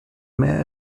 mehr